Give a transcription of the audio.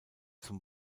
zum